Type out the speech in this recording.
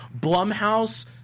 blumhouse